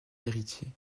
héritier